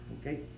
okay